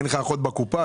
אין אחות בקופה?